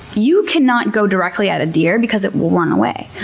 you cannot go directly at a deer because it will run away.